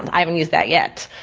i haven't used that yet.